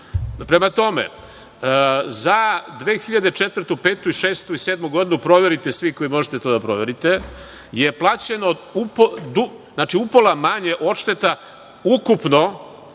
DSS.Prema tome, za 2004, 2005, 2006. i 2007. godinu, proverite svi koji možete to da proverite, je plaćeno upola manje odšteta ukupno